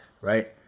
Right